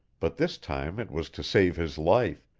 but this time it was to save his life,